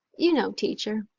you know, teacher.